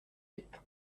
guêpes